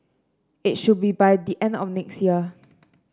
it should be by the end of next year